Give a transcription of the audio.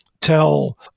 tell